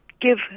give